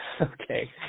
Okay